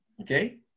Okay